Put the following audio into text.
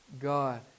God